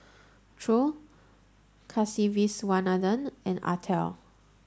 Choor Kasiviswanathan and Atal